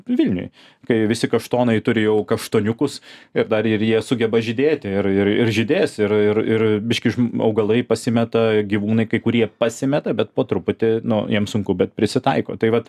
vilniuje kai visi kaštonai turi jau kaštoniukus ir dar ir jie sugeba žydėti ir ir žydės ir ir biškį augalai pasimeta gyvūnai kai kurie pasimeta bet po truputį nu jiems sunku bet prisitaiko tai vat